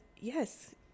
yes